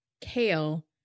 kale